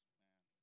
man